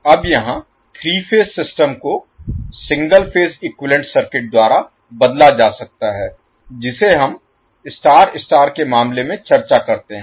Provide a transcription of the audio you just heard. अब यहां 3 phase system को सिंगल फेज इक्विवैलेन्ट सर्किट द्वारा बदला जा सकता है जिसे हम स्टार स्टार के मामले में चर्चा करते हैं